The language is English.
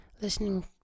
listening